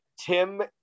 Tim